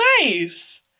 nice